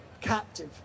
captive